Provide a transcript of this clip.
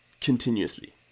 continuously